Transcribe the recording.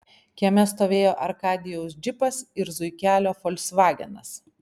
kieme stovėjo arkadijaus džipas ir zuikelio folksvagenas